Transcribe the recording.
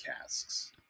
casks